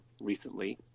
recently